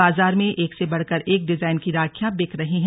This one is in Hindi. बाजार में एक से बढ़कर एक डिजाइन की राखियां बिक रही हैं